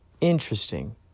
Interesting